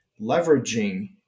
leveraging